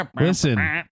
Listen